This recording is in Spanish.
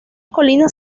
colinas